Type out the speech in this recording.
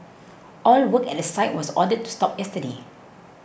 all work at the site was ordered to stop yesterday